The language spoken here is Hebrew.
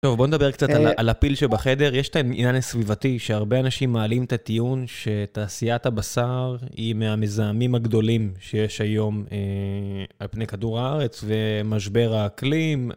טוב, בואו נדבר קצת על הפיל שבחדר. יש את העניין הסביבתי שהרבה אנשים מעלים את הטיעון שתעשיית הבשר היא מהמזהמים הגדולים שיש היום על פני כדור הארץ, ומשבר האקלים